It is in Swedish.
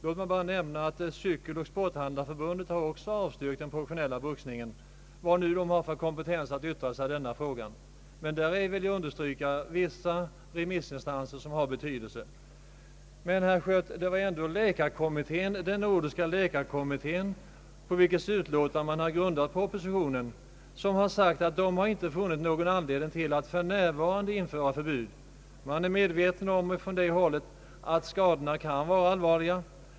Låt mig bara nämna att Cykeloch sporthandlarförbundet också har avstyrkt den professionella boxningen, vad nu det förbundet har för kompetens att yttra sig i denna fråga. Jag vill dock understryka att vissa remissinstanser har betydelse. Men, herr Schött, det var ändå den nordiska Jläkarkommittén, på vars utlåtande man grundat propositionen, som sade att den inte funnit någon anledning till att för närvarande införa förbud. Den nordiska läkarkommittén var medveten om att skadorna kan vara allvarliga.